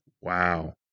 wow